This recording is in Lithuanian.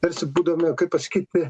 tarsi būdavome kaip pasakyti